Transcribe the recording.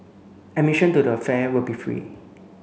admission to the fair will be free